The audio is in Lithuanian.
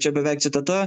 čia beveik citata